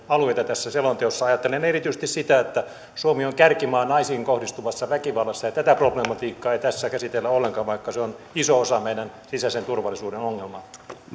alueita ajattelen erityisesti sitä että suomi on kärkimaa naisiin kohdistuvassa väkivallassa ja tätä problematiikkaa ei tässä käsitellä ollenkaan vaikka se on iso osa meidän sisäisen turvallisuuden ongelmaa